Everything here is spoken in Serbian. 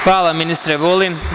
Hvala, ministre Vulin.